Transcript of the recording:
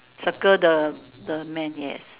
circle the the man yes